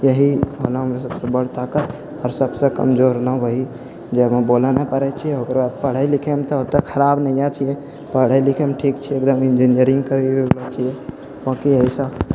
यही हमरा सबसँ बड़ ताकत आओर सबसँ कमजोर ने वही जे हम बोलऽ ने पारै छियै ओकरा पढ़ै लिखैमे तऽ ओते खराब नहिए छियै पढ़ै लिखैमे ठीक छियै इंजिनियरिंग करि रहल छियै बाकी ऐसा